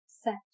set